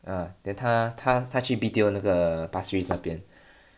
ya then 他他去 B_T_O 那个 pasir ris 那边